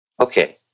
Okay